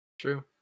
True